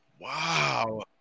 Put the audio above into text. Wow